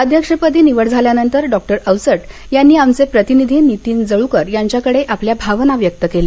अध्यक्षपदी निवड झाल्यानंतर डॉक्टर अवचट यांनी आमचे प्रतिनिधी नितीन जळूकर यांच्याकडे आपल्या भावना व्यक्त केल्या